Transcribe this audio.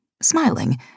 Smiling